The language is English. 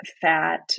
fat